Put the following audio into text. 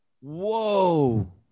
Whoa